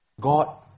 God